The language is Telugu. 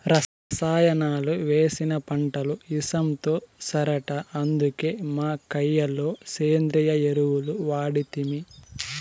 రసాయనాలు వేసిన పంటలు ఇసంతో సరట అందుకే మా కయ్య లో సేంద్రియ ఎరువులు వాడితిమి